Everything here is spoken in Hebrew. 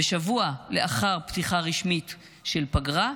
ושבוע לאחר פתיחתה הרשמית של הפגרה,